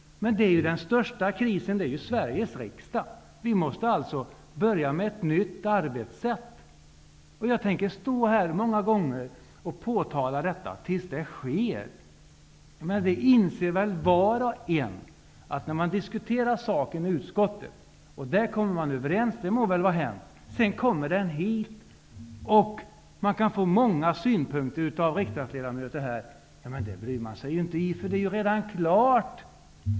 Men den största krisen är ju Sveriges riksdag. Vi måste alltså börja med ett nytt arbetssätt. Jag tänker stå här många gånger och påtala detta tills det sker en förändring. Men det inser väl var och en att om man man diskuterar en fråga i utskottet -- det må vara hänt att man där kommer överens -- kan man sedan få många synpunkter av riksdagsledamöter här, men det bryr man sig inte om eftersom frågan redan är avgjord.